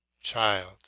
CHILD